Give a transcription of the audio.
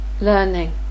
learning